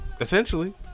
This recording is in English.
essentially